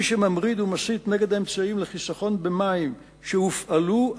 מי שממריד ומסית נגד אמצעים לחיסכון במים שהופעלו,